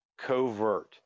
covert